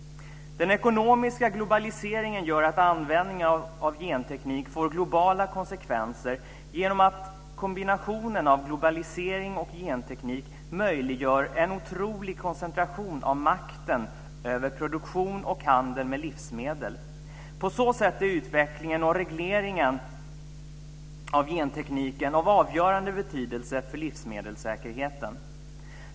Den ekonomiska globaliseringen gör att användningen av genteknik får globala konsekvenser genom att kombinationen av globalisering och genteknik möjliggör en otrolig koncentration av makten över produktion och handel med livsmedel. På så sätt är utvecklingen och regleringen av gentekniken av avgörande betydelse för livsmedelssäkerheten.